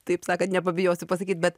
taip sakant nepabijosiu pasakyt bet